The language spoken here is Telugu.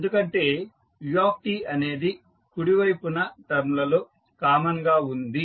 ఎందుకంటే ut అనేది కుడి వైపున టర్మ్ లలో కామన్ గా ఉంది